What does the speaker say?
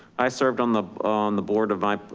i served on the on the board of my,